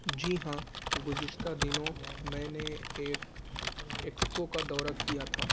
جی ہاں گزشتہ دنوں میں نے ایک ایکسپو کا دورہ کیا تھا